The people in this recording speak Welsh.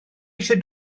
eisiau